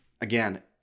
again